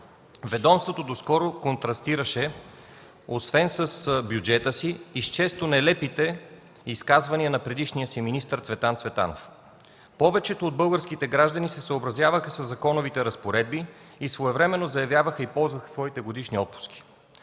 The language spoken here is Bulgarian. Ведомството доскоро контрастираше освен с бюджета си, често и с нелепите изказвания на предишния си министър Цветан Цветанов. Повечето от българските граждани се съобразяваха със законовите разпоредби и своевременно заявяваха и ползваха своите годишни отпуски.